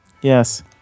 Yes